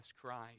Christ